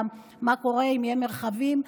גם למה שקורה אם אין מרחבים.